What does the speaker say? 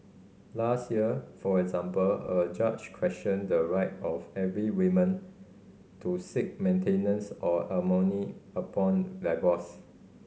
last year for example a judge questioned the right of every women to seek maintenance or alimony upon divorce